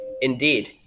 Indeed